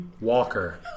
Walker